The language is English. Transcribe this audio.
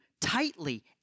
tightly